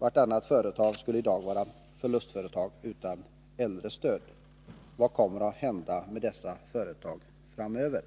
Vartannat företag skulle i dag vara förlustföretag utan äldrestödet. Vad kommer att hända med dessa företag framöver?